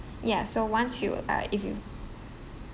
ya so once you uh if you